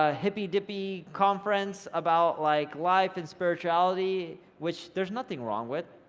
ah hippy-dippy conference about like, life and spirituality, which, there's nothing wrong with,